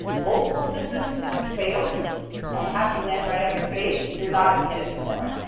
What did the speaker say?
multiple systems fail you and have you land right on your face, you're not a kid anymore.